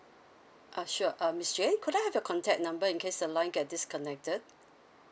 uh sure uh miss jane could I have your contact number in case the line get disconnected